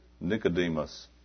Nicodemus